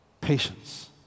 patience